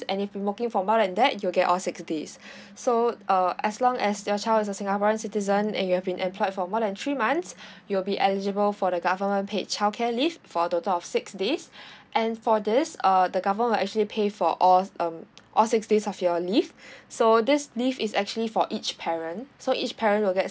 and if you've been working for more than that you'll get all six days so uh as long as your child is a singaporean citizen and you've been employed for more than three months you'll be eligible for the government paid childcare leave for a total of six days and for this uh the government will actually pay for all um all six days of your leave so this leave is actually for each parent so each parent will get